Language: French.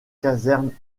casernes